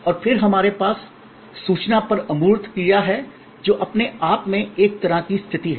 और फिर हमारे पास सूचना पर अमूर्त क्रिया है जो अपने आप में एक तरह की स्थिति है